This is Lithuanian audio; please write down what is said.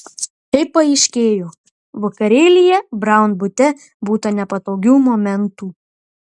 kaip paaiškėjo vakarėlyje braun bute būta nepatogių momentų